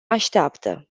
așteaptă